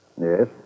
Yes